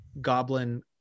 Goblin